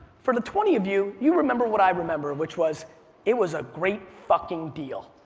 for the twenty of you, you remember what i remember, which was it was a great fucking deal,